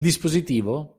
dispositivo